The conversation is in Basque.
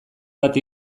bat